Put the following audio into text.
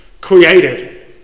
created